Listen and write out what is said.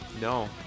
No